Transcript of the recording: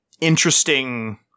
interesting